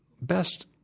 best